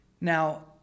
Now